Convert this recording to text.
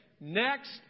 Next